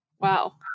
Wow